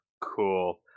Cool